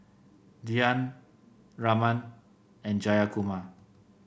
Dhyan Raman and Jayakumar